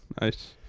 Nice